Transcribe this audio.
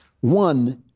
One